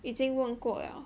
已经问过了